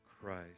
Christ